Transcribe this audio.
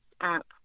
app